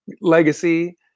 legacy